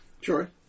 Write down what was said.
Sure